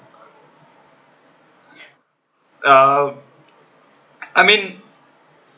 uh I mean